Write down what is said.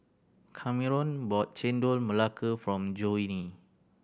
Kameron bought Chendol Melaka from Johnie